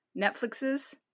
Netflix's